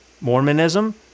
Mormonism